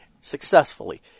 successfully